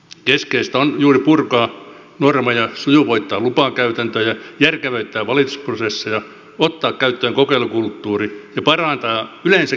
keskeistä on juuri purkaa normeja sujuvoittaa lupakäytäntöjä järkevöittää valitusprosesseja ottaa käyttöön kokeilukulttuuri ja parantaa yleensäkin johtamista ja toimeenpanoa